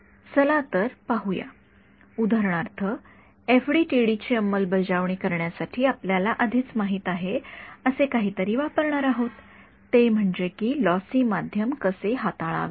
तर चला पाहूया उदाहरणार्थ एफडीटीडी ची अंमलबजावणी करण्यासाठी आपल्याला आधीच माहित आहे असे काहीतरी वापरणार आहोत ते म्हणजे की लॉसी माध्यम कसे हाताळावे